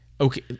okay